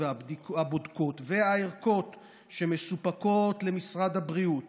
והבודקות והערכות שמסופקות למשרד הבריאות